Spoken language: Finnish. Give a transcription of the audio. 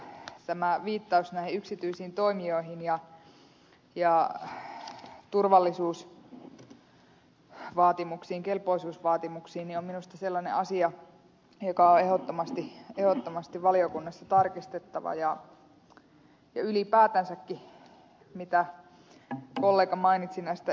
tämä viittaus näihin yksityisiin toimijoihin ja turvallisuusvaatimuksiin kelpoisuusvaatimuksiin on minusta sellainen asia joka on ehdottomasti valiokunnassa tarkistettava ja ylipäätänsäkin mitä kollega mainitsi näistä erivapauksista